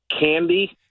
Candy